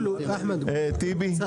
טיבי.